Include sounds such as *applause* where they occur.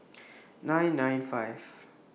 *noise* nine nine five